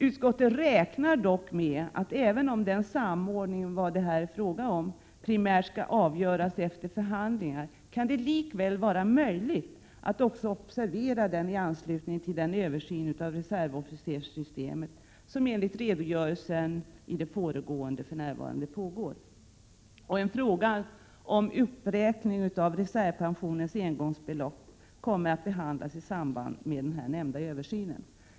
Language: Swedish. Utskottet räknar dock med att även om den samordning varom det här är fråga primärt skall avgöras efter förhandlingar, kan det likväl vara möjligt att också observera den i anslutning till den översyn av reservofficerssystemet som enligt redogörelsen i det föregående för närvarande pågår. Frågan om uppräkning av reservpensionens engångsbelopp kommer att behandlas i samband med den nämnda översynen.